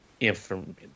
information